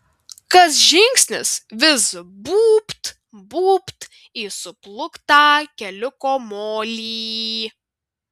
kas žingsnis vis būbt būbt į suplūktą keliuko molį